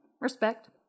Respect